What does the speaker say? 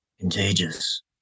contagious